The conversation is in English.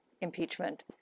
impeachment